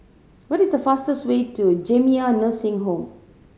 what is the fastest way to Jamiyah Nursing Home